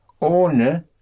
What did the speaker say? ohne